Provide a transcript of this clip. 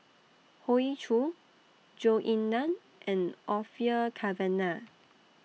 Hoey Choo Zhou Ying NAN and Orfeur Cavenagh